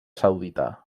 saudita